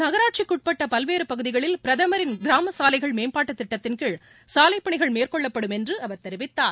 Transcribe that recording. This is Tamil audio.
நகராட்சிக்குட்பட்ட பல்வேறு பகுதிகளில் பிரதமரின் கிராம சாலைகள் மேம்பாட்டுத் திட்டத்தின்கீழ் சாலைப் பணிகள் மேற்கொள்ளப்படும் என்று அவர் தெரிவித்தார்